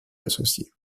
associer